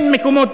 אין מקומות,